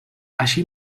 així